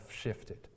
shifted